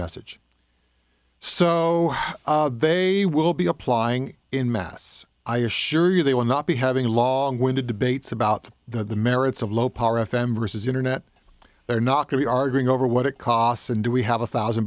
message so they will be applying in mass i assure you they will not be having long winded debates about the merits of low power f m vs internet or not to be arguing over what it costs and do we have a thousand